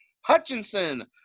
Hutchinson